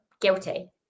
guilty